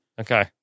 Okay